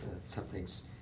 something's